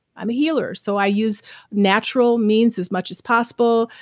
i'm a healer so i use natural means as much as possible.